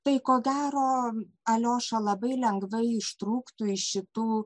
tai ko gero alioša labai lengvai ištrūktų iš šitų